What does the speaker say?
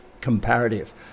comparative